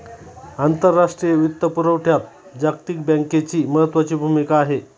आंतरराष्ट्रीय वित्तपुरवठ्यात जागतिक बँकेची महत्त्वाची भूमिका आहे